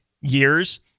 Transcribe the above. years